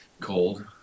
Cold